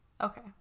Okay